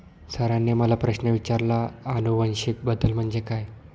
सरांनी मला प्रश्न विचारला आनुवंशिक बदल म्हणजे काय?